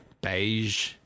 beige